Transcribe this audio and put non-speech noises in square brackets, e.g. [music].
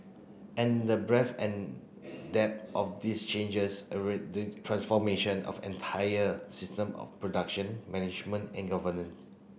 and the breadth and depth of these changes [unintelligible] the transformation of entire system of production management and governance